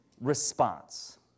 response